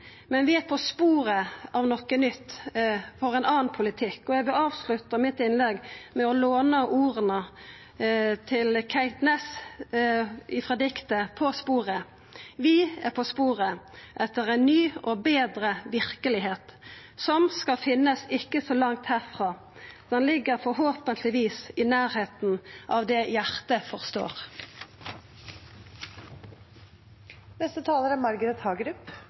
Men vi ser ei anna verkelegheit. Vi er på sporet av noko nytt, for ein annan politikk. Eg vil avslutta innlegget mitt med å låna orda til Kate Næss, frå diktet På sporet: «Vi er på sporet etter en ny og bedre virkelighet som skal finnes ikke så langt herfra Den ligger forhåpentlig i nærheten av det